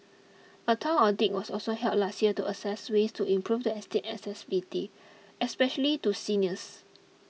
a town audit was also held last year to assess ways to improve the estate's accessibility especially to seniors